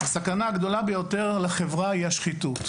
הסכנה הגדולה ביותר לחברה היא השחיתות.